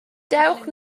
dewch